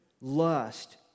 lust